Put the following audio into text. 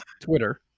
Twitter